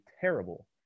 terrible